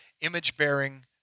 image-bearing